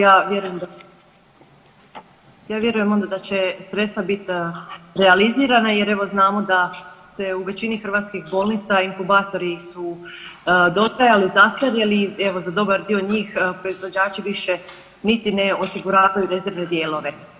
Pa evo, ja vjerujem da, ja vjerujem onda da će sredstva biti realizirana jer, evo znamo da se u većini hrvatskih bolnica, inkubatori su dotrajali, zastarjeli, evo, za dobar dio njih proizvođači više niti ne osiguravaju rezervne dijelove.